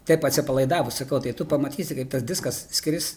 taip atsipalaidavusi sakau tai tu pamatysi kaip tas diskas skris